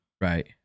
Right